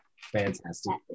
Fantastic